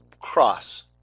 cross